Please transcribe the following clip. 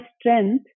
strength